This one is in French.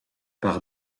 par